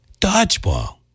Dodgeball